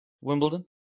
Wimbledon